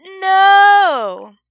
no